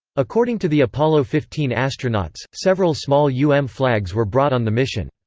according to the apollo fifteen astronauts, several small u m flags were brought on the mission.